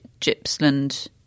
Gippsland